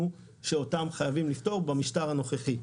שאותם חייבים לפתור במשטר הנוכחי.